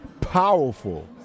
powerful